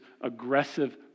aggressive